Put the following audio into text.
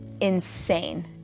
insane